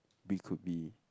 we could be